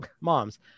moms